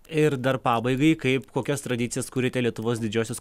ir dar pabaigai kaip kokias tradicijas kuriate lietuvos didžiosios